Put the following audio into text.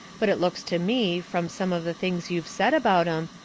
but it looks to me, from some of the things you've said about em,